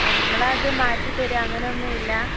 അപ്പോൾ നിങ്ങൾ അത് മാറ്റി തരുക അങ്ങനെയൊന്നും ഇല്ലേ